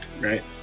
right